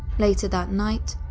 later that night,